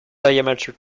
diameter